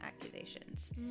accusations